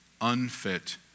unfit